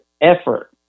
effort